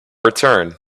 return